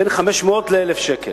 בין 500 ל-1,000 שקל,